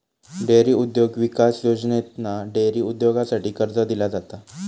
dairy उद्योग विकास योजनेतना डेअरी उद्योगासाठी कर्ज दिला जाता